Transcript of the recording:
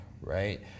right